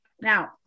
Now